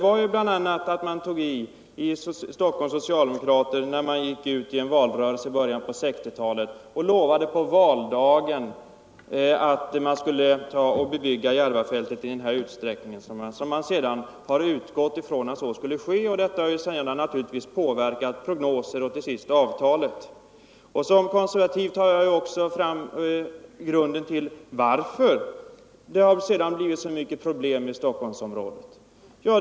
Anledningen var bl.a. att Stockholms socialdemokrater, när de gick ut i en valrörelse i början på 1960 talet, tog i och lovade — på valdagen! — att Järvafältet skulle bebyggas. Sedan har man utgått ifrån att så skulle ske. Detta har naturligtvis påverkat prognoserna och till sist avtalet. Som konservativ går jag också till grunden med varför det sedan har uppstått så många problem i Stockholmsområdet.